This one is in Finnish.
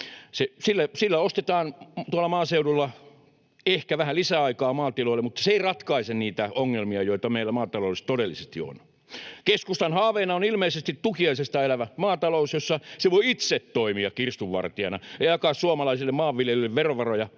Sillä ostetaan tuolla maaseudulla ehkä vähän lisäaikaa maatiloille, mutta se ei ratkaise niitä ongelmia, joita meillä maataloudessa todellisesti on. Keskustan haaveena on ilmeisesti tukiaisista elävä maatalous, jossa se voi itse toimia kirstunvartijana ja jakaa suomalaisille maanviljelijöille verovaroja,